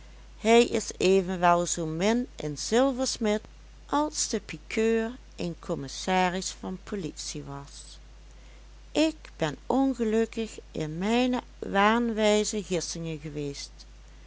hij is evenwel zoo min een zilversmid als de pikeur een commissaris van politie was ik ben ongelukkig in mijne waanwijze gissingen geweest